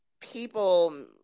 people